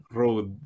road